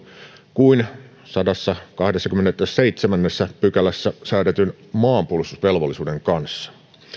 kuin sadannessakahdennessakymmenennessäseitsemännessä pykälässä säädetyn maanpuolustusvelvollisuuden kanssa